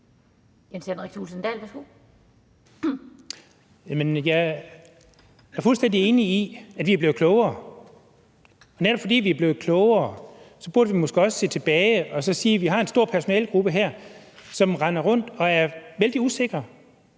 Jeg er fuldstændig enig i, at vi er blevet klogere. Netop fordi vi er blevet klogere, burde vi måske også se tilbage og sige, at vi har en stor personalegruppe her, som render rundt og er vældig usikre